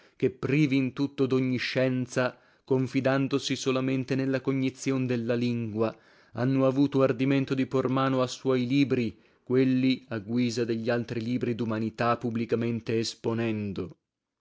che privi in tutto dogni scienza confidandosi solamente nella cognizion della lingua hanno avuto ardimento di por mano a suoi libri quelli a guisa degli altri libri dumanità publicamente esponendo